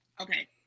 Okay